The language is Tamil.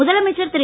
முதலமைச்சர் திரு